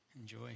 Enjoy